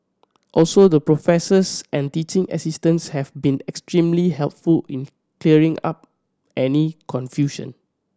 also the professors and teaching assistants have been extremely helpful in clearing up any confusion